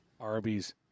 Arby's